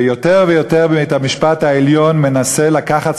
ויותר ויותר בית-המשפט העליון מנסה לקחת